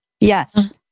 Yes